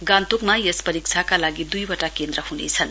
गान्तोकमा यस परीक्षाका लागि द्ईवटा केन्द्र ह्नेछन्